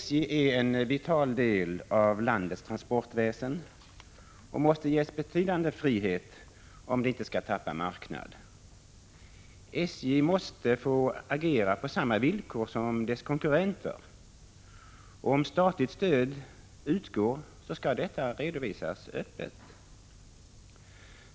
SJ är en vital del av landets transportväsen och måste ges betydande frihet om det inte skall tappa marknad. SJ måste få agera på samma villkor som dess konkurrenter, och om statligt stöd utgår skall detta öppet redovisas.